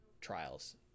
trials